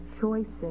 choices